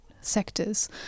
sectors